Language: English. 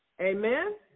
Amen